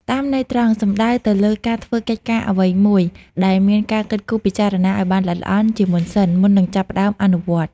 តាមន័យត្រង់ សំដៅទៅលើការធ្វើកិច្ចការអ្វីមួយដោយមានការគិតគូរពិចារណាឱ្យបានល្អិតល្អន់ជាមុនសិន មុននឹងចាប់ផ្តើមអនុវត្ត។